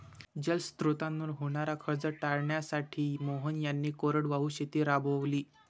जलस्रोतांवर होणारा खर्च टाळण्यासाठी मोहन यांनी कोरडवाहू शेती राबवली